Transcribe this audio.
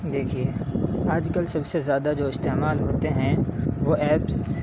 دیکھیے آج کل سب سے زیادہ جو استعمال ہوتے ہیں وہ ایپس